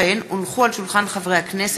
בנושא: מעקב על תוכנית פיתוח והעצמת